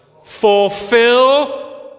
fulfill